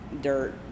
dirt